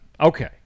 Okay